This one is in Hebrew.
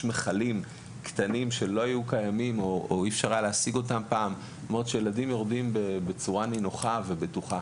יש מכלים קטנים כך שהילדים יורדים בצורה נינוחה ובטוחה.